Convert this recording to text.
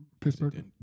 Pittsburgh